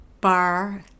bar